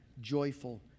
joyful